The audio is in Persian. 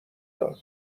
داد